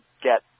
get